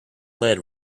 lead